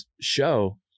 show